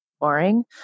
boring